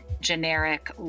generic